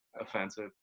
offensive